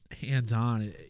hands-on